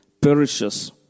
perishes